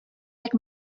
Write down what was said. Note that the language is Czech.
jak